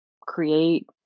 create